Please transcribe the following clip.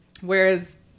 Whereas